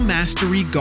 Mastery